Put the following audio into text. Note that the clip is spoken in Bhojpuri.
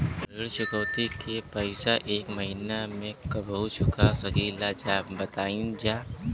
ऋण चुकौती के पैसा एक महिना मे कबहू चुका सकीला जा बताईन जा?